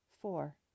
Four